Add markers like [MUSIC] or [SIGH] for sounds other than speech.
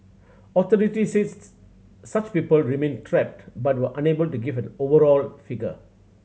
authorities [UNINTELLIGIBLE] such people remained trapped but were unable to give an overall figure